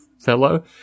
fellow